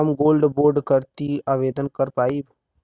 हम gold bond करती आवेदन कर पाईब?